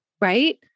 right